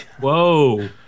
Whoa